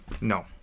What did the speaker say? no